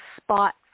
spot